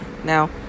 Now